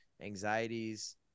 anxieties